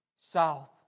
south